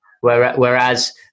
Whereas